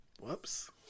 whoops